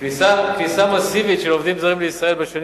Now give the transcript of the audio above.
כניסה מסיבית של עובדים זרים לישראל בשנים